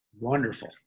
Wonderful